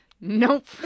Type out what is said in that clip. Nope